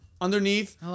underneath